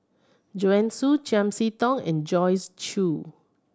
Joanne Soo Chiam See Tong and Joyce Jue